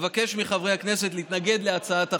אבקש מחברי הכנסת להתנגד להצעת החוק.